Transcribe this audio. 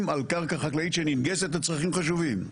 על קרקע חקלאית שננגסת לצרכים חשובים,